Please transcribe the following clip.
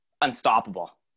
unstoppable